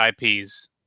IPs